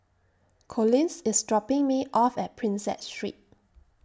Collins IS dropping Me off At Prinsep Street